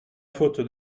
faute